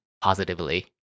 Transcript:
positively